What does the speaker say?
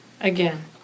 again